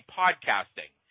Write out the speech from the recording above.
podcasting